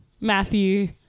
Matthew